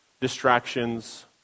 Distractions